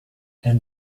and